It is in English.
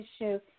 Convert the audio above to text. issue